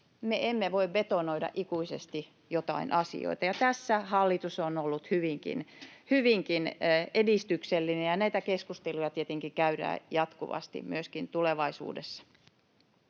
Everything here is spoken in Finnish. emme voi betonoida ikuisesti joitain asioita. Tässä hallitus on ollut hyvinkin edistyksellinen, ja näitä keskusteluja tietenkin käydään jatkuvasti myöskin tulevaisuudessa.